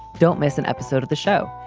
don't miss an episode of the show.